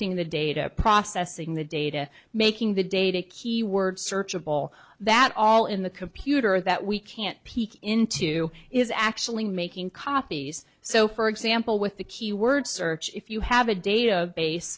extracting the data processing the data making the data keyword search of all that all in the computer that we can't peek into is actually making copies so for example with the keyword search if you have a database